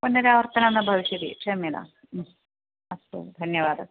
पुनरावर्तनं न भविष्यति क्षम्यता अस्तु धन्यवादः